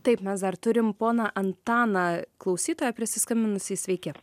taip mes dar turim poną antaną klausytoją prisiskambinusį sveiki